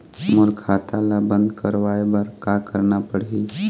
मोर खाता ला बंद करवाए बर का करना पड़ही?